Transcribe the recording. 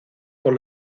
con